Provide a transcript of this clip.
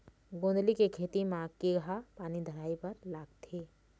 गोंदली के खेती म केघा पानी धराए बर लागथे?